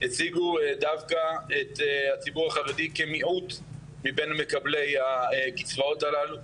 הציגו דווקא את הציבור החרדי כמיעוט מבין מקבלי הקצבאות הללו,